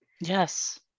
Yes